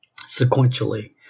sequentially